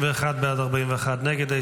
31 בעד, 41 נגד.